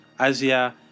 Asia